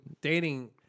dating